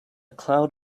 cloud